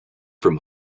from